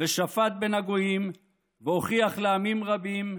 ושפט בין הגויִם והוכיח לעמים רבים,